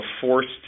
forced